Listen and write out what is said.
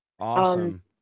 Awesome